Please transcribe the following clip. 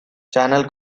channel